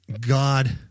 God